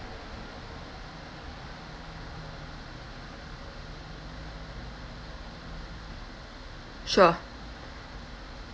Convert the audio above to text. sure